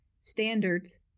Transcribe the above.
standards